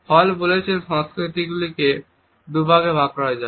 হল বলেছেন সংস্কৃতিকে দুভাগে ভাগ করা যায়